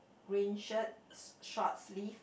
green shirt short sleeve